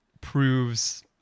proves